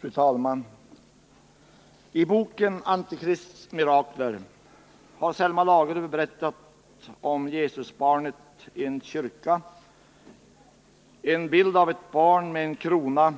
Fru talman! I boken Antikrists mirakler har Selma Lagerlöf berättat om en bild av Jesusbarnet i en kyrka — en bild av ett barn som bär en krona